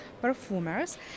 perfumers